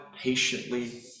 patiently